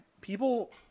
people